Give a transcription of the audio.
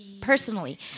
personally